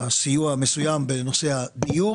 בסיוע המסוים בדיור,